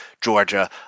Georgia